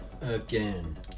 again